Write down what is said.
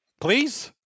Please